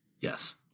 yes